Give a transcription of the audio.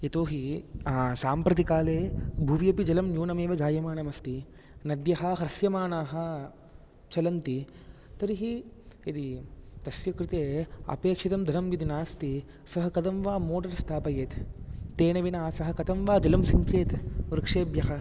यतोहि सांप्रतिकाले भुवि अपि जलं न्यूनमेव जायमानमस्ति नद्यः ह्रस्यमानाः चलन्ति तर्हि यदि तस्य कृते अपेक्षितं धनमिति नास्ति सः कथं वा मोटर् स्थापयेत् तेन विना सः कथं वा जलं सिञ्चेत् वृक्षेभ्यः